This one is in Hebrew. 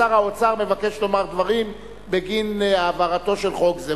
שר האוצר מבקש לומר דברים בגין העברתו של חוק זה.